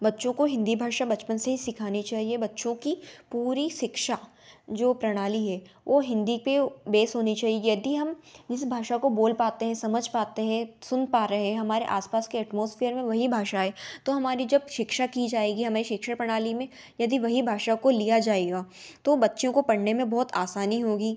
बच्चों को हिन्दी भाषा बचपन से ही सिखानी चाहिए बच्चों की पूरी शिक्षा जो प्रणाली है वह हिन्दी पर बेस होनी चाहिए यदि हम इस भाषा को बोल पाते हें समझ पाते हें सुन पा रहे हमारे आस पास के एटमोस्फ़ेयर में वही भाषा है तो हमारी जब शिक्षा की जाएगी हमारी शिक्षा प्रणाली में यदि वही भाषा को लिया जाएगा तो बच्चों को पढ़ने में बहुत आसानी होगी